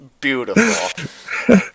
beautiful